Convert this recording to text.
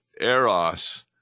eros